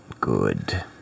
Good